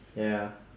ya